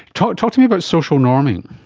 talk talk to me about social norming.